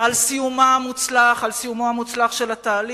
על סיומו המוצלח של התהליך.